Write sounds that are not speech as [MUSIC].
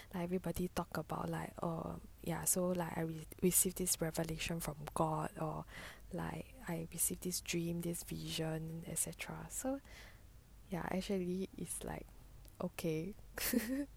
like everybody talk about like err ya so like I will receive this revelation from god or like I receive this dream this vision et cetera so ya actually is like okay [LAUGHS]